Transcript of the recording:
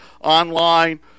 online